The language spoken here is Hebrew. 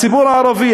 הציבור הערבי,